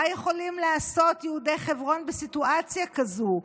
מה יכולים לעשות יהודי חברון בסיטואציה כזאת?